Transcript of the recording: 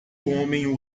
homem